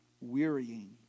wearying